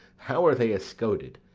how are they escoted?